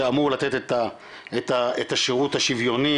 שאמור לתת את השירות השוויוני,